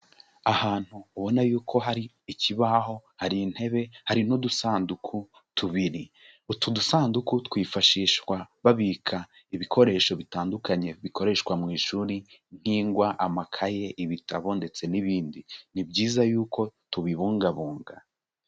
Ahantu ubona yuko hari ikibaho, hari intebe, hari n'udusanduku tubiri, utu dusanduku twifashishwa babika ibikoresho bitandukanye bikoreshwa mu ishuri, nk'ingwa, amakaye, ibitabo ndetse n'ibindi. Ni byiza yuko tubibungabunga.